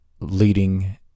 leading